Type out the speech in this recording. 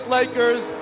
Lakers